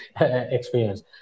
experience